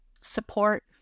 support